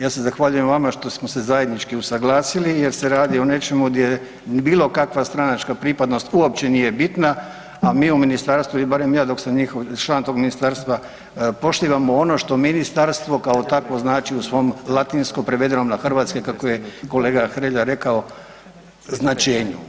Ja se zahvaljujem vama što smo se zajednički usaglasili jer se radi o nečemu gdje bilo kakva stranačka pripadnost uopće nije bitna, a mi u ministarstvu ili barem ja dok sam ja član tog ministarstva poštivamo ono što ministarstvo kao takvo znači u svom latinskom prevedeno na hrvatski kako je kolega Hrelja rekao značenju.